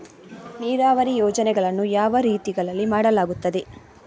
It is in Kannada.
ನೀರಾವರಿ ಯೋಜನೆಗಳನ್ನು ಯಾವ ರೀತಿಗಳಲ್ಲಿ ಮಾಡಲಾಗುತ್ತದೆ?